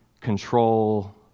control